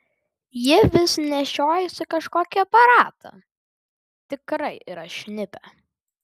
ji vis nešiojasi kažkokį aparatą tikrai yra šnipė